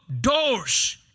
doors